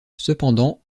cependant